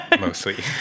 mostly